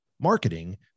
marketing